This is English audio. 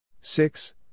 six